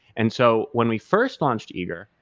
and so when we first launched eager,